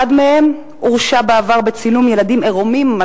אחד מהם הורשע בעבר בצילום ילדים עירומים על